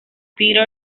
peter